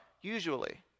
usually